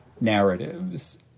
narratives